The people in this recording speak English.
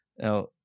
Now